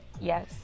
Yes